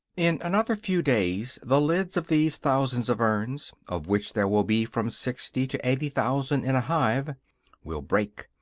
in another few days the lids of these thousands of urns of which there will be from sixty to eighty thousand in a hive will break,